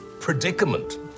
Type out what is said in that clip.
predicament